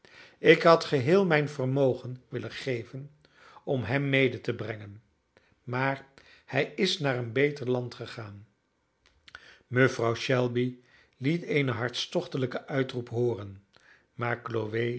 ik had geheel mijn vermogen willen geven om hem mede te brengen maar hij is naar een beter land gegaan mevrouw shelby liet eene hartstochtelijke uitroep hooren maar